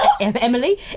Emily